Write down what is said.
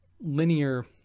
linear